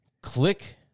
Click